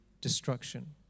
destruction